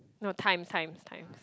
no times times times